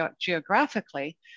geographically